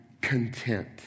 content